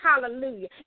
Hallelujah